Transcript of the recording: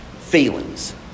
feelings